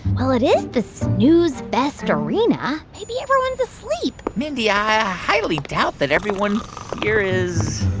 well, it is the snooze fest arena. maybe everyone's asleep mindy, i highly doubt that everyone here is.